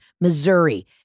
Missouri